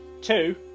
Two